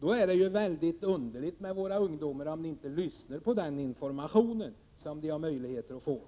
Det är mycket underligt att våra ungdomar inte lyssnar på den information som de får.